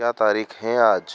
क्या तारीख है आज